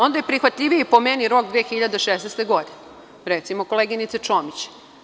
Onda je prihvatljiviji, po meni, rok 2016. godine, recimo, koleginice Čomić.